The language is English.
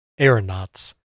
aeronauts